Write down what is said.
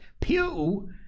Pew